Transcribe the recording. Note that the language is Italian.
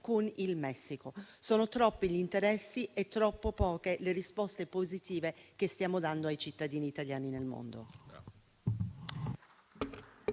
con il Messico. Sono troppi gli interessi e troppo poche le risposte positive che stiamo dando ai cittadini italiani nel mondo.